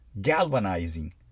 galvanizing